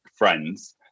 friends